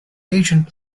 agent